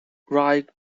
ride